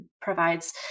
provides